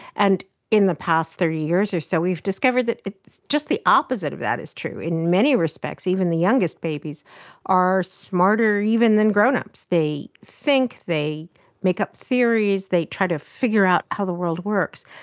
and in the past thirty years or so we've discovered that just the opposite of that is true. in many respects even the youngest babies are smarter even than grown-ups. they think, they make up theories, they try to figure out how the world works,